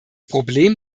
problem